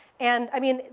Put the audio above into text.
and i mean,